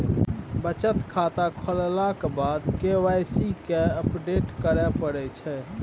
बचत खाता खोललाक बाद के वाइ सी केँ अपडेट करय परै छै